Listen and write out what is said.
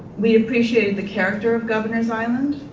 we appreciated the character of governor's island.